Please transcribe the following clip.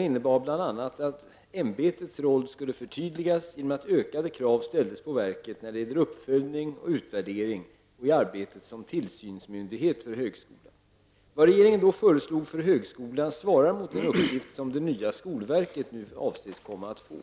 innebar bl.a. att UHÄs roll skulle förtydligas genom att ökade krav ställdes på verket när det gällde uppföljning och utvärdering och i arbetet som tillsynsmyndighet för högskolan. Vad regeringen då föreslog för högskolan svarar mot den uppgift som det nya skolverket nu avses komma att få.